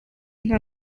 nta